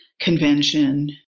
convention